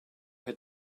had